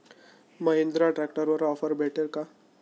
महिंद्रा ट्रॅक्टरवर ऑफर भेटेल का?